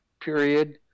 period